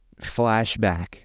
flashback